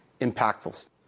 impactful